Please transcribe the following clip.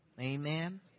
Amen